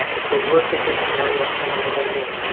um if they work in different areas from where they live.